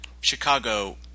Chicago